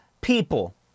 people